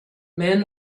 men